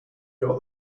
got